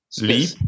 leap